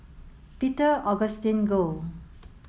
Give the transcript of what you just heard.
Peter Augustine Goh